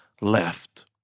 left